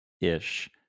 ish